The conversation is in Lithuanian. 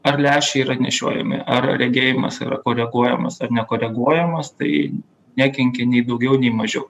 ar lęšiai yra nešiojami ar regėjimas yra koreguojamas ar nekoreguojamas tai nekenkia nei daugiau nei mažiau